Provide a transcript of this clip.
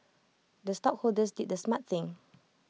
the stockholders did the smart thing